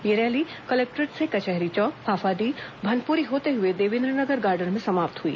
यह rally collectorate से कचहरी चौक फाफाडीह भनपुरी होते हुए देवेन्द्र नगर गार्डन में सामाप्त हई